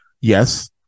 Yes